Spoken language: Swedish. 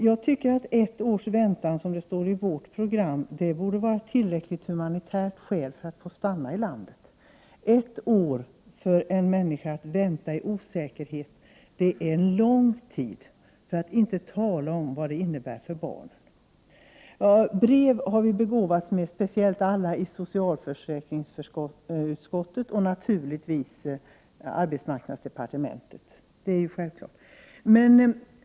Jag tycker att ett års väntan, som det står i vårt program, borde vara ett tillräckligt humanitärt skäl för att få stanna i landet. Ett år är en lång tid för en vuxen person att vänta i osäkerhet, för att inte tala om vad det innebär för barnen. Brev har vi alla begåvats med, speciellt i socialförsäkringsutskottet och naturligtvis i arbetsmarknadsdepartementet.